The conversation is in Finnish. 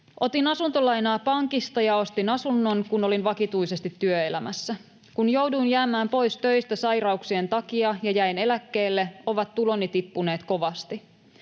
”Otin asuntolainaa pankista ja ostin asunnon, kun olin vakituisesti työelämässä. Kun jouduin jäämään pois töistä sairauksien takia ja jäin eläkkeelle, ovat tuloni tippuneet kovasti.